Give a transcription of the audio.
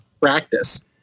practice